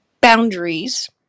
boundaries